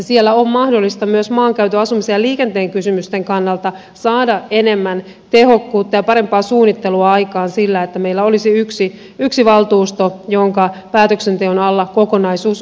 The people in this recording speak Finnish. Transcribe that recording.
siellä on mahdollista myös maankäytön asumisen ja liikenteen kysymysten kannalta saada enemmän tehokkuutta ja parempaa suunnittelua aikaan sillä että meillä olisi yksi valtuusto jonka päätöksenteon alla kokonaisuus olisi